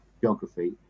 geography